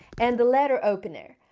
and the letter opener.